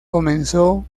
comenzó